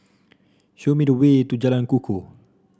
show me the way to Jalan Kukoh